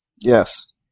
Yes